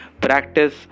practice